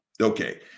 Okay